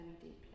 deeply